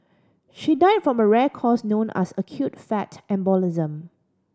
she died from a rare cause known as acute fat embolism